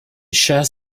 chats